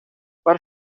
part